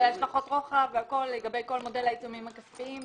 אלה השלכות רוחב לגבי כל מודל העיצומים הכספיים.